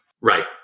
Right